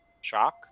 Shock